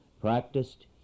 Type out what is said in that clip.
practiced